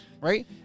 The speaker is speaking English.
Right